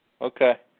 Okay